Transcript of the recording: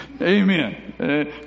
amen